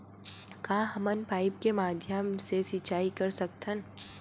का हमन पाइप के माध्यम से सिंचाई कर सकथन?